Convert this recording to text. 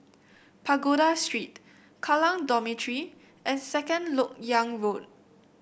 Pagoda Street Kallang Dormitory and Second LoK Yang Road